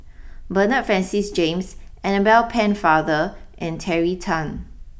Bernard Francis James Annabel Pennefather and Terry Tan